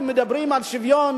אם מדברים על שוויון,